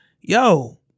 yo